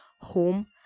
home